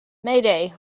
mayday